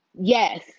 Yes